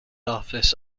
office